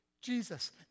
Jesus